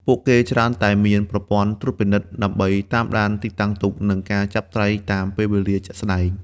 ពួកគេច្រើនតែមាន ប្រព័ន្ធត្រួតពិនិត្យ ដើម្បីតាមដានទីតាំងទូក និងការចាប់ត្រីតាមពេលវេលាជាក់ស្តែង។